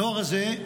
הנוער הזה,